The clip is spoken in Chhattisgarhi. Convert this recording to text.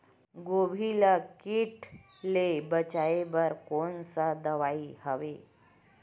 गोभी ल कीट ले बचाय बर कोन सा दवाई हवे?